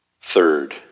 Third